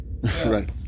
Right